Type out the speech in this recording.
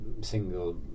single